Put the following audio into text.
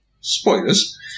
Spoilers